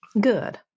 Good